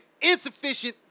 insufficient